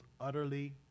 utterly